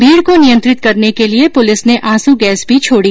भीड़ को नियंत्रित करने के लिए पुलिस ने आँसू गैस भी छोड़ी